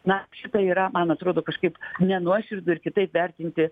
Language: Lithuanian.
na šitai yra man atrodo kažkaip nenuoširdu ir kitaip vertinti